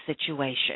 situation